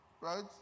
right